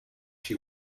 she